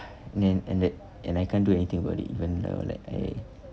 and then and that and I can't do anything about it even though like I